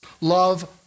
love